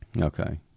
Okay